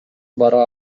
бара